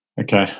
Okay